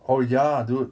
oh ya dude